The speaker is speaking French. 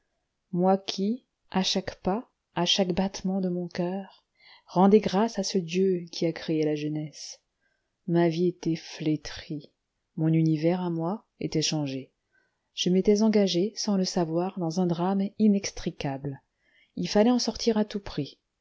moi qui à chaque pas à chaque battement de mon coeur rendais grâces à ce dieu qui a créé la jeunesse ma vie était flétrie mon univers à moi était changé je m'étais engagé sans le savoir dans un drame inextricable il fallait en sortir à tout prix